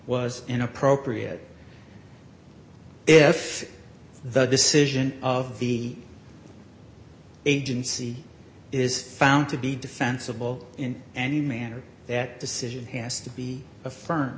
was inappropriate if the decision of the agency is found to be defensible in any manner that decision has to be affirm